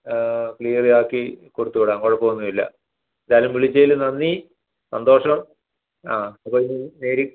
ക്ലിയറാക്കി കൊടുത്തു വിടാം കുഴപ്പമൊന്നുമില്ല എന്തായാലും വിളിച്ചതിൽ നന്ദി സന്തോഷം ആ അപ്പോൾ ഇത് നേരി